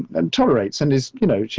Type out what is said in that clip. and tolerates, and is, you know,